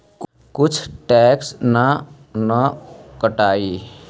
कुछ टैक्स ना न कटतइ?